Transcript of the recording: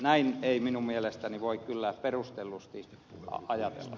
näin ei minun mielestäni voi kyllä perustellusti ajatella